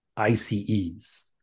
ICEs